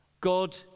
God